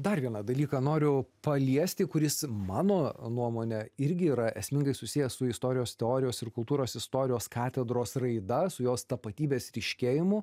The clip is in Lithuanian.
dar vieną dalyką noriu paliesti kuris mano nuomone irgi yra esmingai susijęs su istorijos teorijos ir kultūros istorijos katedros raida su jos tapatybės ryškėjimu